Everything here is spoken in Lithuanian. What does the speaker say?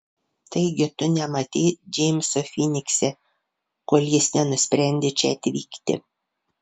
taigi tu nematei džeimso finikse kol jis nenusprendė čia atvykti